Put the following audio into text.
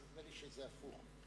נדמה לי שזה הפוך.